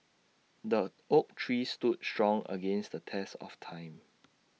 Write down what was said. the oak tree stood strong against the test of time